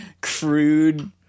crude